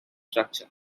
structure